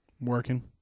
Working